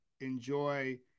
enjoy